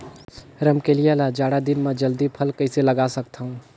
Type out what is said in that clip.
रमकलिया ल जाड़ा दिन म जल्दी फल कइसे लगा सकथव?